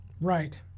Right